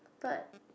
but